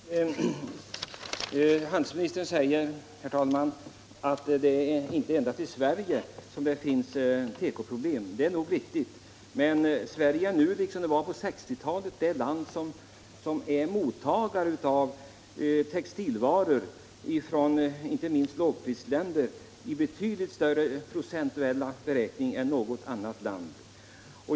Herr talman! Handelministern säger att det inte endast är Sverige som har tekoproblem. Det är nog riktigt. Men Sverige är nu, liksom det var på 1960 talet, enligt procentuell beräkning större mottagare av textilvaror från inte minst lågprisländer än något annat land.